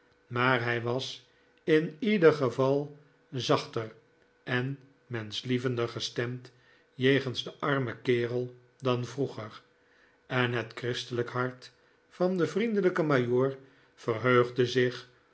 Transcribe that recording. maar hij was in ieder geval zachter en menschlievender gestemd jegens den armen kerel dan vraeger en het christelijk hart van den vriendelijken majoor verheugde zich